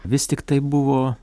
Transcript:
vis tiktai buvo